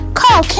call